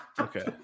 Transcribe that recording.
okay